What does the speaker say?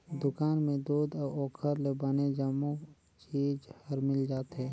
दुकान में दूद अउ ओखर ले बने जम्मो चीज हर मिल जाथे